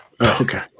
Okay